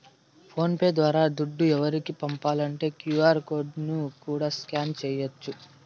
phone pay ద్వారా దుడ్డు వేరోకరికి పంపాలంటే క్యూ.ఆర్ కోడ్ ని కూడా స్కాన్ చేయచ్చు